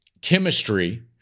chemistry